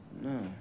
No